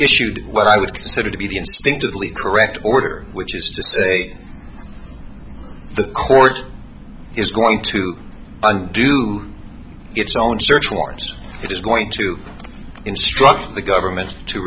issued what i would consider to be the instinctively correct order which is to say the court is going to do its own search warrant it is going to instruct the government to